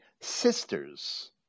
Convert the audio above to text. sisters